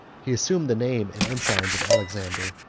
he assumed the name and ensigns of alexander,